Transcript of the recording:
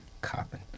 copping